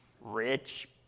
rich